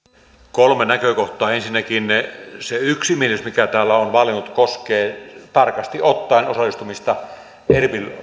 kolme näkökohtaa ensinnäkin se yksimielisyys mikä täällä on vallinnut koskee tarkasti ottaen osallistumista erbil